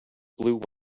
blue